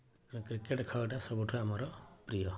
cricket ଖେଳଟା ସବୁଠୁ ଆମର ପ୍ରିୟ